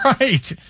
Right